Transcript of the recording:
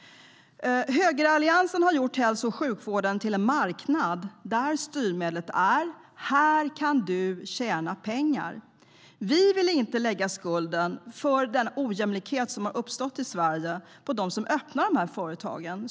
Högeralliansen har gjort hälso och sjukvården till en marknad där styrmedlet är: Här kan du tjäna pengar. Vi vill inte lägga skulden för den ojämlikhet som har uppstått i Sverige på dem som har etablerat dessa företag.